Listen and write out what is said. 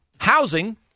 Housing